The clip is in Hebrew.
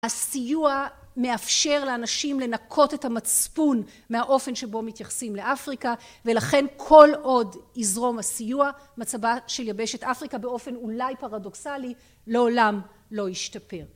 הסיוע מאפשר לאנשים לנקות את המצפון מהאופן שבו מתייחסים לאפריקה ולכן כל עוד יזרום הסיוע מצבה שליבשת אפריקה באופן אולי פרדוקסלי לעולם לא ישתפר